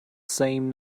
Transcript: same